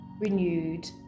renewed